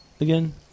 again